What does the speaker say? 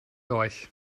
euch